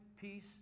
peace